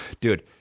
Dude